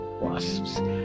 wasps